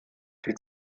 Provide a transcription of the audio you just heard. die